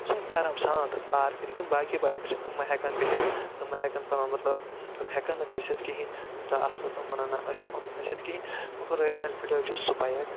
سُہ ہیٚکہِ آرام سان تتھ پار کٔرِتھ یِم باقی باقی چھِ تِم ما ہٮ۪کن بِہتھ تِم ما ہٮ۪کن پنُن مطلب تِم ہٮ۪کن نہٕ کھٔسِتھ کِہیٖنۍ زانٛہہ آسو تِم وَنن نَہ أسۍ ہٮ۪کو نہٕ کھٔسِتھ کِہیٖنۍ رایل اٮ۪نفیٖلڈٕ حظ چھُ بایک